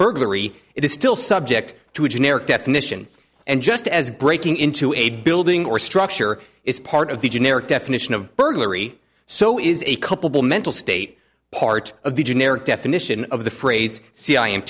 burglary it is still subject to a generic definition and just as breaking into a building or structure is part of the generic definition of burglary so is a couple mental state part of the generic definition of the phrase c i